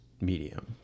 medium